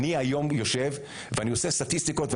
אני היום יושב ועושה סטטיסטיקות,